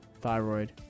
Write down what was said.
thyroid